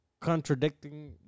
contradicting